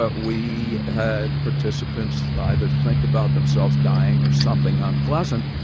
ah we had participants either think about themselves dying or something unpleasant,